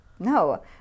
No